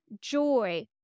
joy